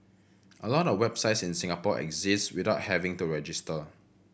a lot of websites in Singapore exist without having to register